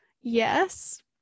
Yes